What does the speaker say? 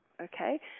Okay